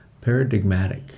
paradigmatic